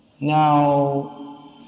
Now